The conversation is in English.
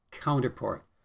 counterpart